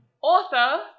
author